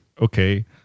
okay